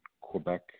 Quebec